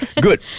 Good